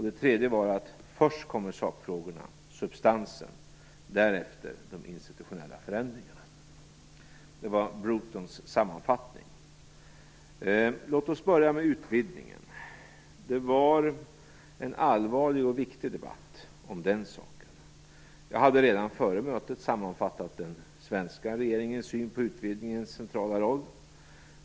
Det tredje var att sakfrågorna kommer först - substansen - och därefter de institutionella förändringarna. Det var Låt oss börja med utvidgningen. Det var en allvarlig och viktig debatt om den saken. Jag hade redan före mötet sammanfattat den svenska regeringens syn på utvidgningens centrala roll.